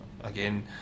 Again